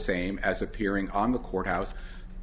same as appearing on the courthouse